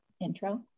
intro